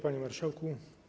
Panie Marszałku!